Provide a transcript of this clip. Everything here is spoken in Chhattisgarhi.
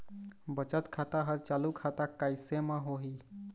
बचत खाता हर चालू खाता कैसे म होही?